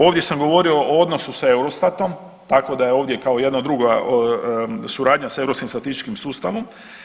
Ovdje sam govorio o odnosu sa EUROSTAT-om tako da je ovdje kao jedna druga suradnja sa europskim statističkim sustavom.